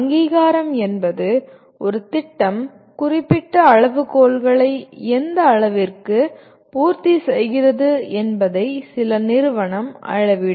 அங்கீகாரம் என்பது ஒரு திட்டம் குறிப்பிட்ட அளவுகோல்களை எந்த அளவிற்கு பூர்த்தி செய்கிறது என்பதை சில நிறுவனம் அளவிடும்